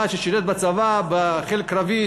אחד ששירת בצבא בחיל קרבי,